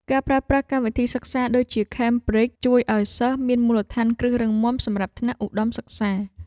ការប្រើប្រាស់កម្មវិធីសិក្សាដូចជាខេមប្រីជជួយឱ្យសិស្សមានមូលដ្ឋានគ្រឹះរឹងមាំសម្រាប់ថ្នាក់ឧត្តមសិក្សា។